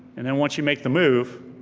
and then once you make the move,